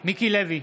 מיקי לוי,